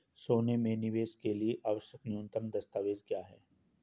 सोने में निवेश के लिए आवश्यक न्यूनतम दस्तावेज़ क्या हैं?